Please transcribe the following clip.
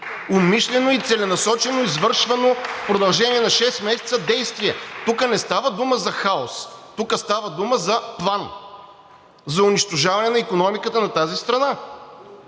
Умишлено и целенасочено извършване в продължение на шест месеца действие. Тук не става дума за хаос. Тук става дума за план за унищожаване на икономиката на тази страна.